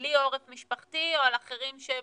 בלי עורף משפחתי או על אחרים שהם,